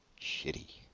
shitty